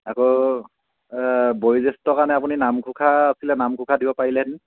আকৌ বয়োজ্যেষ্ঠৰ কাৰণে আপুনি নামঘোষা আছিলে নামঘোষা দিব পাৰিলে হেতেন